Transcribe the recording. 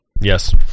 Yes